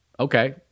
Okay